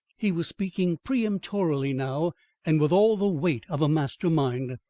he was speaking peremptorily now and with all the weight of a master mind.